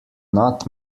not